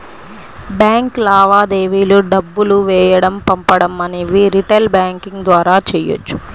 bank లావాదేవీలు డబ్బులు వేయడం పంపడం అనేవి రిటైల్ బ్యాంకింగ్ ద్వారా చెయ్యొచ్చు